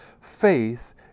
Faith